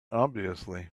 obviously